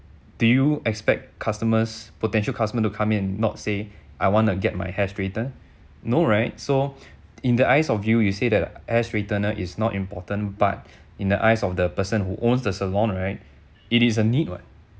do you expect customers potential customer to come in not say I wanna get my hair straighten no right so in the eyes of you you say that hair straightener is not important but in the eyes of the person who owns the salon right it is a need what